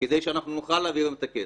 כדי שאנחנו נוכל להעביר להם את הכסף.